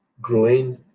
growing